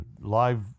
live